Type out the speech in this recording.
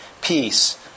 Peace